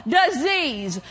disease